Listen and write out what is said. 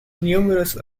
numerous